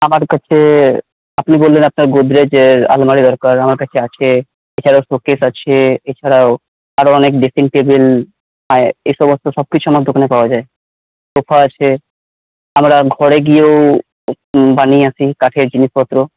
আমার কাছে আপনি বললেন আপনার গোদরেজের আলমারি দরকার আমার কাছে আছে এছাড়া শোকেস আছে এছাড়াও আরো অনেক ড্রেসিং টেবিল আর এসমস্ত সব কিছু আমার দোকানে পাওয়া যায় সোফা আছে আমরা ঘরে গিয়েও বানিয়ে আসি কাঠের জিনিসপত্র